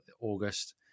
August